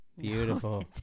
beautiful